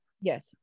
Yes